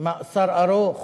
מאסר ארוך,